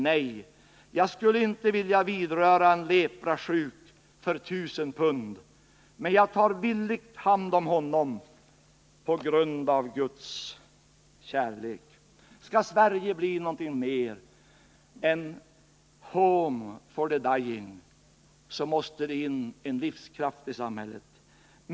Nej, jag skulle inte vilja vidröra en leprasjuk för tusen pund, men jag tar villigt hand om honom på grund av Guds kärlek.” Skall Sverige bli något mer än ”Home for the Dying”, så måste det in en livskraft i samhället.